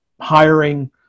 hiring